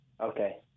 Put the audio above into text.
Okay